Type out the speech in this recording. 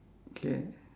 K